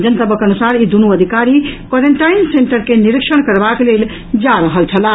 जनतबक अनुसार ई दूनू अधिकारी क्वारेंटाइन सेंटर के निरीक्षण करबाक लेल जा रहल छलाह